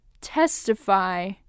testify